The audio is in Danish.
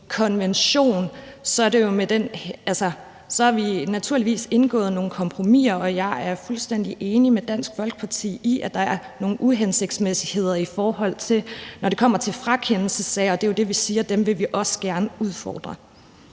så har vi naturligvis indgået nogle kompromiser, og jeg er fuldstændig enig med Dansk Folkeparti i, at der er nogle uhensigtsmæssigheder, når det kommer til frakendelsessagerne. Og det er jo også dem, vi siger vi gerne vil udfordre.